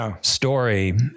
story